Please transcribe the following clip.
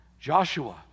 Joshua